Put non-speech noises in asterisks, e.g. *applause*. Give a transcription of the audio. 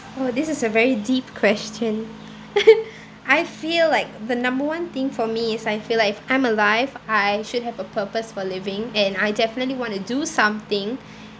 oh this is a very deep question *laughs* I feel like the number one thing for me is I feel like if I'm alive I should have a purpose for living and I definitely want to do something